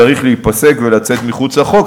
זה צריך להיפסק ולצאת מחוץ לחוק,